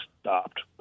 stopped